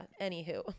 anywho